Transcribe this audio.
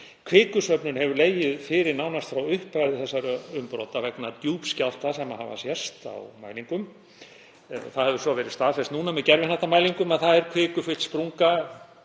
Kvikusöfnun hefur legið fyrir nánast frá upphafi þessara umbrota vegna djúpskjálfta sem hafa sést á mælingum. Það hefur svo verið staðfest núna með gervihnattamælingum að það er kvikufyllt sprunga,